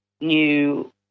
new